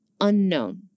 unknown